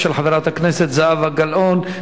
של חברת הכנסת זהבה גלאון.